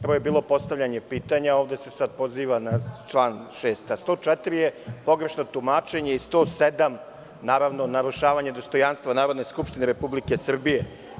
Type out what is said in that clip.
Prvo je bilo postavljanje pitanja, a ovde se sad poziva na član 6, a 104. je pogrešno tumačenje i 107. narušavanje dostojanstva Narodne skupštine Republike Srbije.